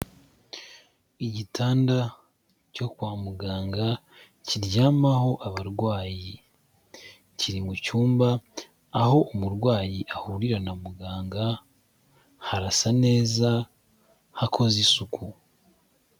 Igitanda cyo kwa muganga, kiryamaho abarwayi. Kiri mu cyumba, aho umurwayi ahurira na muganga, harasa neza, hakoze isuku.